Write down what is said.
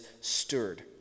stirred